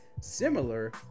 similar